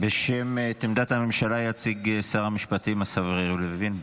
את עמדת הממשלה יציג שר המשפטים השר יריב לוין.